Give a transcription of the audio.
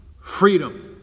Freedom